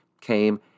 came